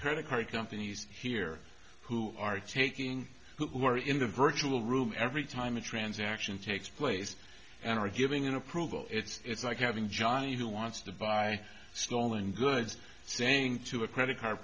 credit card companies here who are taking who are in the virtual room every time a transaction takes place and are giving an approval it's like having johnny who wants to buy stolen goods saying to a credit card